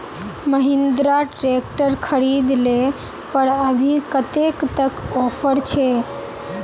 Mahindra tractor खरीद ले पर अभी कतेक तक ऑफर छे?